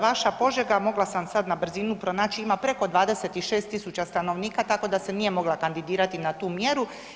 Vaša Požega mogla sam sad na brzinu pronaći ima preko 26.000 stanovnika tako da se nije mogla kandidirati na tu mjeru.